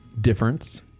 difference